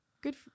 good